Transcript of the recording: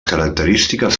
característiques